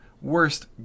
worst